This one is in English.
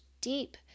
deep